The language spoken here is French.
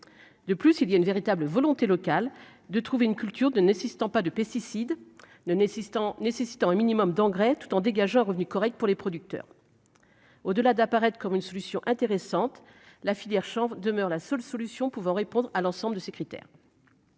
de plus, il y a une véritable volonté locale de trouver une culture de n'assistant pas de pesticides ne n'Systems nécessitant un minimum d'engrais, tout en dégageant revenu correct pour les producteurs, au delà d'apparaître comme une solution intéressante la filière chambre demeure la seule solution pouvant répondre à l'ensemble de ces critères.